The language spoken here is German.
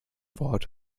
wort